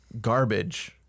garbage